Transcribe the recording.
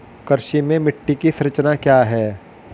कृषि में मिट्टी की संरचना क्या है?